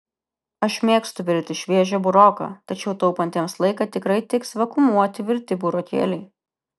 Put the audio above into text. aš mėgstu virti šviežią buroką tačiau taupantiems laiką tikrai tiks vakuumuoti virti burokėliai